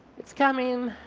it's coming,